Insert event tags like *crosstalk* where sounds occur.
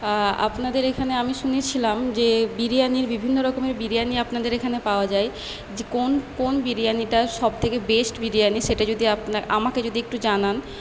আপনাদের এখানে আমি শুনেছিলাম যে বিরিয়ানির বিভিন্ন রকমের বিরিয়ানি আপনাদের এখানে পাওয়া যায় যে কোন কোন বিরিয়ানিটা সব থেকে বেস্ট বিরিয়ানি সেটা যদি *unintelligible* আমাকে যদি একটু জানান